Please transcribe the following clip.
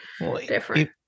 different